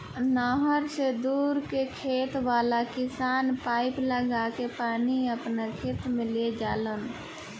नहर से दूर के खेत वाला किसान पाइप लागा के पानी आपना खेत में ले जालन